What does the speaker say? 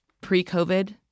pre-COVID